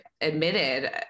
admitted